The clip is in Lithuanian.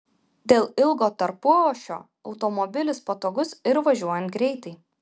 dėl ilgo tarpuašio automobilis patogus ir važiuojant greitai